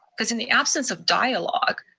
cause in the absence of dialogue,